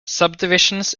subdivisions